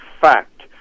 fact